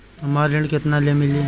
हमरा ऋण केतना ले मिली?